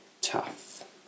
tough